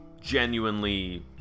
genuinely